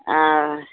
ஆ